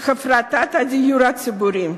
הפרטת הדיור הציבורי.